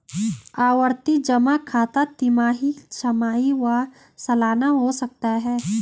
आवर्ती जमा खाता तिमाही, छमाही व सलाना हो सकता है